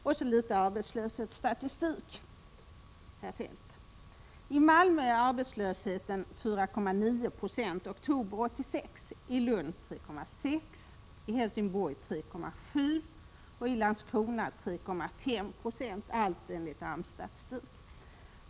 | Och så litet arbetslöshetsstatistik, herr Feldt. Varför är Malmö överhettat med en arbetslöshet på 4,9 70 och inte Helsingborg med 3,7 26?